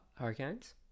Hurricanes